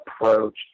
approach